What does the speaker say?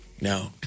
No